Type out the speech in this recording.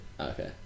okay